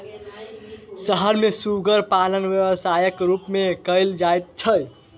शहर मे सुग्गर पालन व्यवसायक रूप मे कयल जाइत छै